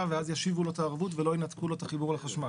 ואז ישיבו לו את הערבות ולא ינתקו לו את החיבור לחשמל.